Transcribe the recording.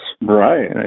Right